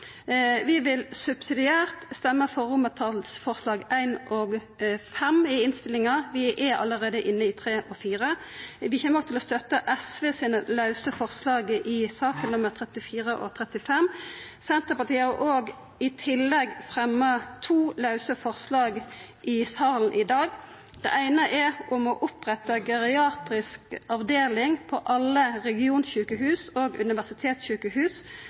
Vi vil subsidiært røysta for I og V i Innst. 206 S. Vi er allereie inne i III og IV, og vi kjem òg til å støtta SV sine forslag nr. 34 og 35 i saka. Senterpartiet har i tillegg fremja to forslag i salen i dag. Det eine er om å oppretta geriatrisk avdeling på alle regionsjukehus og universitetssjukehus.